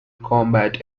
combat